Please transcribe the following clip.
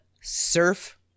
surf